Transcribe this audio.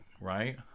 right